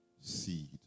seed